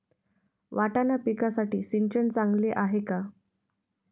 वाटाणा पिकासाठी सिंचन चांगले आहे का?